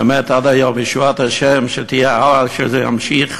באמת עד היום ישועת השם, שתהיה הלאה ושזה ימשיך,